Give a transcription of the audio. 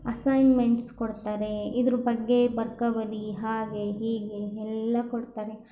assignments ಕೊಡ್ತಾರೆ ಇದ್ರ ಬಗ್ಗೆ ಬರ್ಕೊ ಬನ್ನಿ ಹಾಗೆ ಹೀಗೆ ಎಲ್ಲ ಕೊಡ್ತಾರೆ